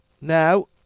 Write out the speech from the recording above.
Now